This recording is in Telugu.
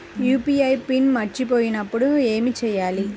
యూ.పీ.ఐ పిన్ మరచిపోయినప్పుడు ఏమి చేయాలి?